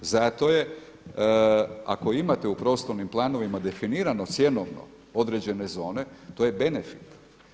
Zato je, ako imate u prostornim planovima definirano cjenovno određene zone, to je benefit.